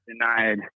denied